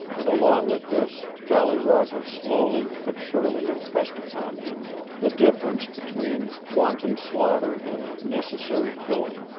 and along with this jolly roger slowly but surely impressed upon him the difference between wanton slaughter and necessary killing.